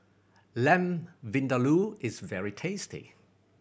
Lamb Vindaloo is very tasty